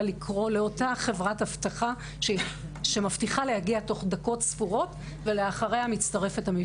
לאותה חברת אבטחה שמבטיחה להגיע תוך דקות ספורות ולאחריה מצטרפת המשטרה.